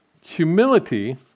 Humility